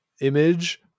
image